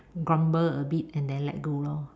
grumble a bit and then let go lor